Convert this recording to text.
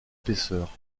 épaisseur